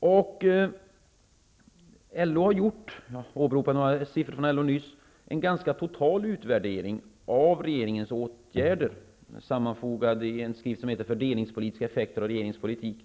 Jag åberopade några siffror från LO nyss. De har gjort en ganska total utvärdering av regeringens åtgärder. Den finns i en skrift som heter Fördelningspolitiska effekter av regeringens politik.